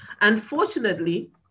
Unfortunately